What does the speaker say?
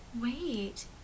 wait